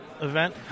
event